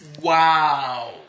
Wow